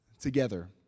together